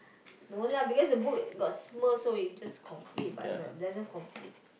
no lah because the book got Smurf so we just complete but like it doesn't complete